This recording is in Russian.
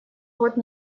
год